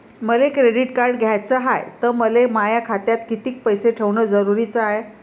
मले credit card घ्याचं हाय, त मले माया खात्यात कितीक पैसे ठेवणं जरुरीच हाय?